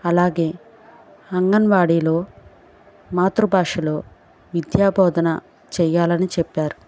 అలాగే అంగన్వాడీలో మాతృభాషలో విద్యాబోధన చేయాలని చెప్పారు